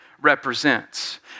represents